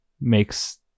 makes